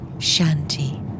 Shanty